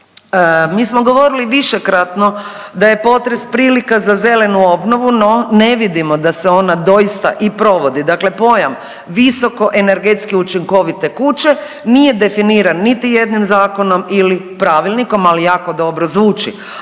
Mi smo govorili višekratno da je potres prilika za zelenu obnovu, no ne vidimo da se ona doista i provodi. Dakle, pojam visoko energetski učinkovite kuće nije definiran niti jednim zakonom ili pravilnikom, ali jako dobro zvuči.